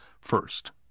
first